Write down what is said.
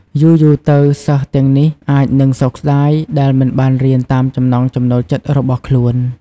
យូរៗទៅ សិស្សទាំងនេះអាចនឹងសោកស្ដាយដែលមិនបានរៀនតាមចំណង់ចំណូលចិត្តរបស់ខ្លួន។